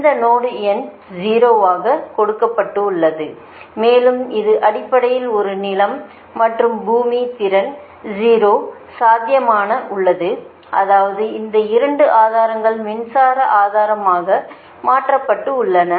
இந்த நோடு எண் 0 ஆக கொடுக்கப்பட்டுள்ளது மேலும் இது அடிப்படையில் ஒரு நிலம் மற்றும் பூமி திறன் 0 சாத்தியமான உள்ளது அதாவது இந்த 2 ஆதாரங்கள் மின்சார ஆதாரமாக மாற்றப்பட்டுள்ளன